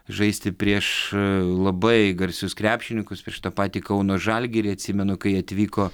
žaisti prieš labai garsius krepšininkus prieš tą patį kauno žalgirį atsimenu kai atvyko